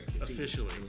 officially